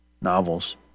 Novels